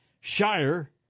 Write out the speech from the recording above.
shire